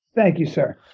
thank you, sir.